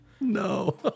No